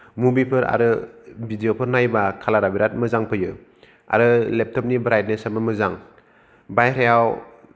मुभिफोर आरो भिडिअफोर नायबा कालारा बिराद मोजां फैयो आरो लेपटपनि ब्राइटनेसाबो मोजां बायह्रायाव